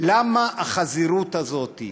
למה החזירות הזאת?